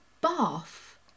bath